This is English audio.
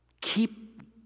Keep